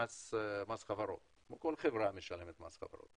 מס חברות, כמו כל חברה שמשלמת מס חברות.